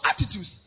attitudes